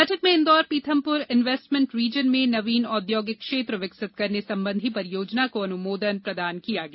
बैठक में Indore Pithampur investment region में नवीन औद्योगिक क्षेत्र विकसित करने संबंधी परियोजना का अनुमोदन प्रदान किया गया